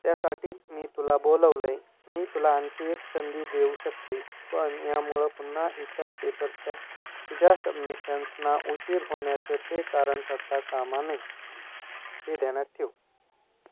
त्यासाठीच मी तुला बोलवलं आहे मी तुला आणखी एक संधी देऊ शकते पण यामुळं पुन्हा इतर पेपर्सच्या तुझ्या सबमिशन्सना उशीर होण्याचं ते कारण ठरता कामा नये हे ध्यानात ठेव